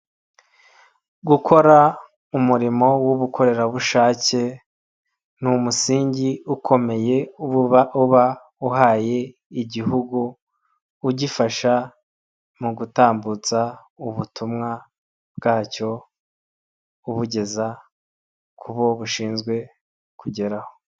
Gukora umurimo w'ubukorerabushake, ni umusingi ukomeye uba uba uba uhaye igihugu, mu gifasha mu gutambutsa ubutumwa bwacyo ubugeza ku bobushinzwe kugeraho.